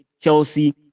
Chelsea